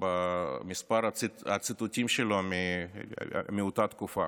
בכמה ציטוטים שלו מאותה תקופה.